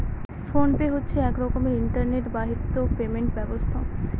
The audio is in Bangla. ফোন পে হচ্ছে এক রকমের ইন্টারনেট বাহিত পেমেন্ট ব্যবস্থা